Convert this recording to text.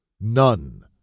None